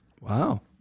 Wow